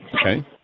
okay